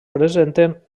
presenten